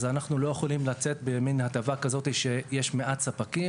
אז אנו לא יכולים לצאת בהטבה שיש מעט ספקים.